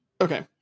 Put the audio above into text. Okay